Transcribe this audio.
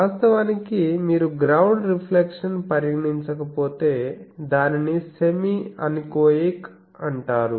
వాస్తవానికి మీరు ground reflections పరిగణించకపోతే దానిని సెమీ అనెకోయిక్ అంటారు